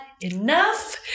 enough